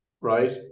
right